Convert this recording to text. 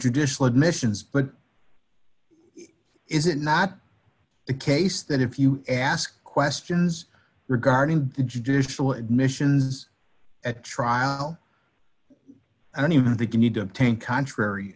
judicial admissions but is it not the case that if you ask questions regarding judicial admissions at trial i don't even think you need to taint contrary